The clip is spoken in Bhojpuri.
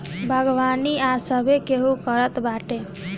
बागवानी आज सभे केहू करत बाटे